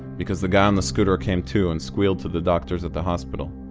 because the guy on the scooter came to and squealed to the doctors at the hospital.